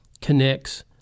connects